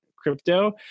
crypto